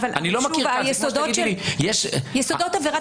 זה כמו שתגידי לי --- יסודות עבירת